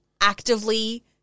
Actively